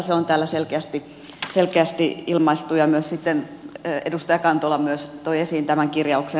se on täällä selkeästi ilmaistu ja myös edustaja kantola toi esiin tämän kirjauksen